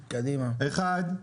אחד,